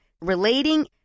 relating